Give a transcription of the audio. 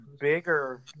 bigger